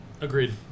agreed